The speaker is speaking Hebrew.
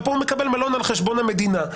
ופה הוא מקבל מלון על חשבון המדינה.